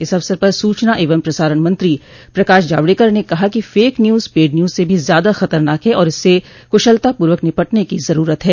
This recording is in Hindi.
इस अवसर पर सूचना एवं प्रसारण मंत्री प्रकाश जावड़ेकर ने कहा कि फेक न्यूज पेड न्यूज से भी ज्यादा खतरनाक है और इससे कुशलतापूर्वक निपटने की जरूरत है